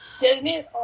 Disney